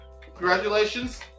congratulations